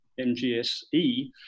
MGSE